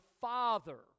Father